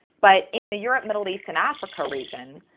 but in the europe, middle east and africa region,